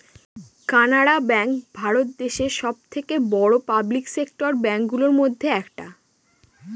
Canara bank Bharat দেশে সব থেকে বড়ো পাবলিক সেক্টর ব্যাঙ্ক গুলোর মধ্যে একটা